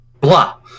blah